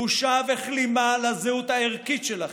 בושה וכלימה לזהות הערכית שלכם.